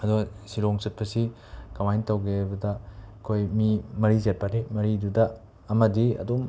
ꯑꯗꯣ ꯁꯤꯂꯣꯡ ꯆꯠꯄꯁꯤ ꯀꯃꯥꯏꯅ ꯇꯧꯒꯦꯗ ꯑꯩꯈꯣꯏ ꯃꯤ ꯃꯔꯤ ꯆꯠꯄꯅꯤ ꯃꯔꯤꯗꯨꯗ ꯑꯃꯗꯤ ꯑꯗꯨꯝ